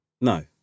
no